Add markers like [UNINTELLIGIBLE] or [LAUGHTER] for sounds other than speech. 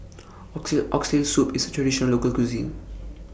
[UNINTELLIGIBLE] Oxtail Soup IS A Traditional Local Cuisine